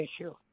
issue